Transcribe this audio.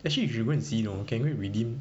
actually you can go and see though can go and redeem